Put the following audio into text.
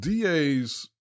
DAs